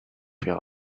your